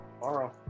Tomorrow